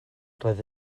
roedd